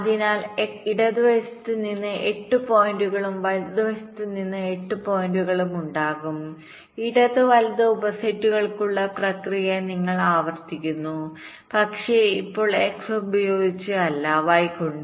അതിനാൽ ഇടതുവശത്ത് നിന്ന് 8 പോയിന്റുകളും വലതുവശത്ത് നിന്ന് 8 പോയിന്റുകളും ഉണ്ടാകും ഇടത് വലത് ഉപസെറ്റുകൾക്കുള്ള പ്രക്രിയ നിങ്ങൾ ആവർത്തിക്കുന്നു പക്ഷേ ഇപ്പോൾ x ഉപയോഗിച്ച് അല്ല y കൊണ്ട്